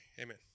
Amen